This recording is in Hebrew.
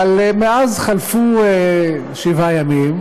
אבל מאז חלפו שבעה ימים,